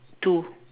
two